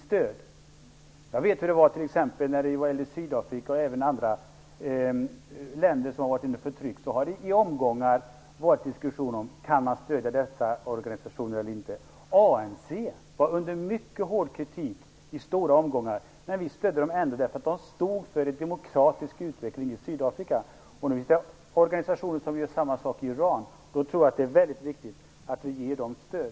Beträffande Sydafrika och andra länder som levt med förtryck har det ju i omgångar varit diskussioner om huruvida man kan stödja organisationen i fråga eller inte. ANC var utsatt för mycket hård kritik i omgångar, men vi stödde dem ändå därför att de stod för en demokratisk utveckling i Sydafrika. Det finns också organisationer som gör samma sak i Iran. Därför tror jag att det är väldigt viktigt att vi ger dem stöd.